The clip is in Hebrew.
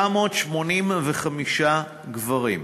785 של גברים.